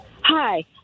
Hi